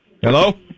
Hello